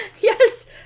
Yes